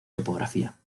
topografía